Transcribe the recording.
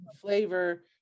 flavor